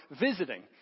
visiting